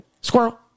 squirrel